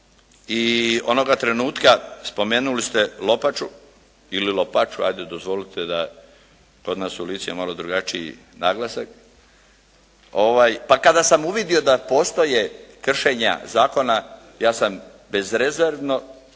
I onoga trenutka spomenuli ste Lopaču ili Lopaču, ajde dozvolite da, kod nas u Lici je malo drugačiji naglasak, pa kada sam uvidio da postoje kršenja zakona ja sam bezrezervno